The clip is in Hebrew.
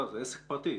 זה עסק פרטי.